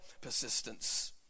persistence